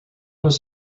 was